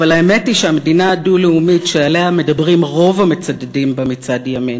אבל האמת היא שהמדינה הדו-לאומית שעליה מדברים רוב המצדדים בה מצד ימין